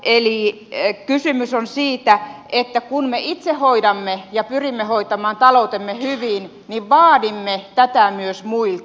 eli kysymys on siitä että kun me itse hoidamme ja pyrimme hoitamaan taloutemme hyvin niin vaadimme tätä myös muilta